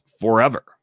forever